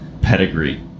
pedigree